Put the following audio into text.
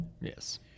Yes